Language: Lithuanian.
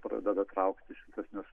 pradeda traukti į šiltesnius